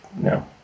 No